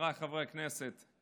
חבריי חברי הכנסת,